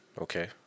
Okay